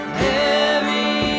heavy